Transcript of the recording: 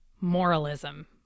moralism